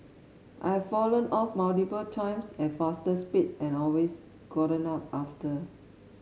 I've fallen off multiple times at faster speed and always gotten up after